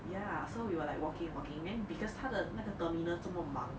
ya so we were like walking walking then because 它的那个 terminal 这么忙